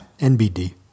NBD